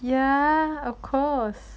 ya ah of cause